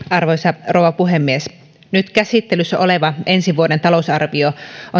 arvoisa rouva puhemies nyt käsittelyssä oleva ensi vuoden talousarvio on